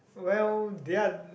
well they're